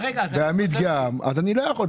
ועמית גם, אז אני לא יכול.